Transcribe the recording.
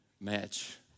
match